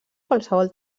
qualsevol